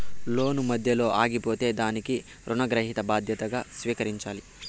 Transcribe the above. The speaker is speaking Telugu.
లోను మధ్యలో ఆగిపోతే దానికి రుణగ్రహీత బాధ్యతగా స్వీకరించాలి